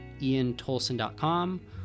iantolson.com